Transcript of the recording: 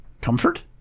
Comfort